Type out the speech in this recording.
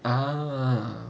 ah